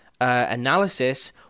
analysis